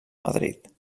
madrid